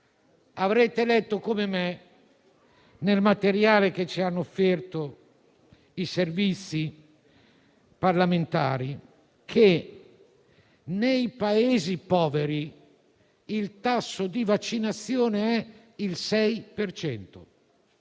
Avrete letto come me, nel materiale che ci hanno offerto i servizi parlamentari, che nei Paesi poveri il tasso di vaccinazione è al 6